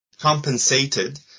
compensated